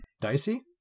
Dicey